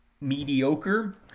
mediocre